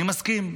אני מסכים.